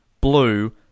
blue